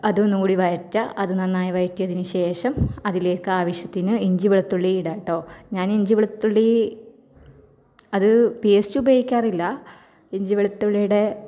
അതൊന്നും കൂടി വഴയ്റ്റുക അത് നന്നായി വയറ്റിയതിന് ശേഷം അതിലേക്കാവശ്യത്തിന് ഇഞ്ചി വെളുത്തുള്ളി ഇടാം കേട്ടോ ഞാൻ ഇഞ്ചി വെളുത്തുള്ളി അത് പേസ്റ് ഉപയോഗിക്കാറില്ല ഇഞ്ചി വെളുത്തുള്ളിയുടെ